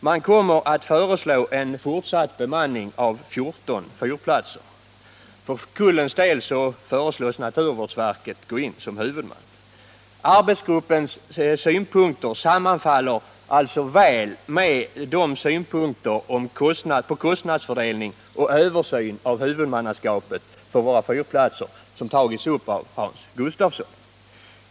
Man kommer att föreslå en fortsatt bemanning av 14 fyrplatser. För Kullens del föreslås naturvårdsverket gå in som huvudman. Arbetsgruppens synpunkter sammanfaller alltså väl med de synpunkter på kostnadsfördelning och översyn av huvudmannaskapet för våra fyrplatser som tagits upp av Hans Gustafsson.